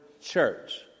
church